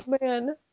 man